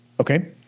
Okay